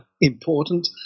important